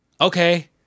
okay